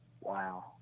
Wow